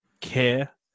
care